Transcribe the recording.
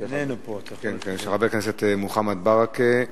של חבר הכנסת מוחמד ברכה,